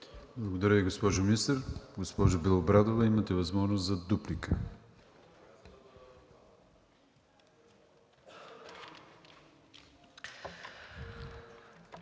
Благодаря Ви, госпожо Министър. Госпожо Белобрадова, имате възможност за дуплика.